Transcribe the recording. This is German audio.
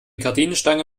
gardinenstange